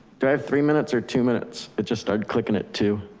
do i have three minutes or two minutes? it just started clicking at two?